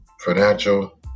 financial